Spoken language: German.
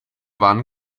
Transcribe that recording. waren